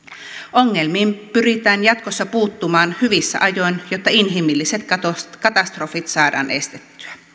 ongelmiin pyritään jatkossa puuttumaan hyvissä ajoin jotta inhimilliset katastrofit saadaan estettyä